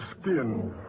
skin